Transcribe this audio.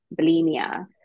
bulimia